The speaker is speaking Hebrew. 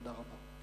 תודה רבה.